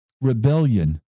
rebellion